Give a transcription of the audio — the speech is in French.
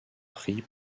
pris